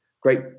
great